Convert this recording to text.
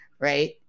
Right